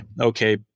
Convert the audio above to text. okay